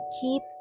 Keep